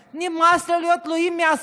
נמאס לו להיות תלוי בכם,